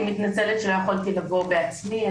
אני מתנצלת שלא יכולתי לבוא בעצמי.